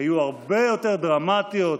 היו הרבה יותר דרמטיות,